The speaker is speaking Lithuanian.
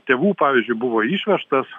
tėvų pavyzdžiui buvo išvežtas